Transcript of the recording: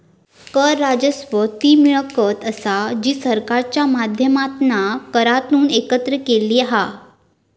कर राजस्व ती मिळकत असा जी सरकारच्या माध्यमातना करांतून एकत्र केलेली हा